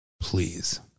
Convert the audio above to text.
Please